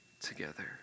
together